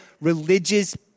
religious